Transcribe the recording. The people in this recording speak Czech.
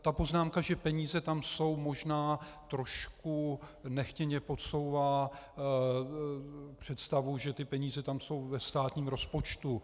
Ta poznámka, že peníze tam jsou, možná trošku nechtěně podsouvá představu, že ty peníze tam jsou ve státním rozpočtu.